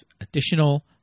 additional